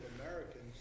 Americans